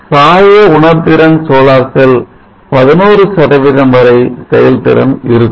சாய உணர்திறன் solar cell 11 சதவீதம் வரை செயல்திறன் இருக்கும்